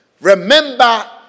remember